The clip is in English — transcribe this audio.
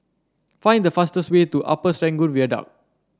find the fastest way to Upper Serangoon Viaduct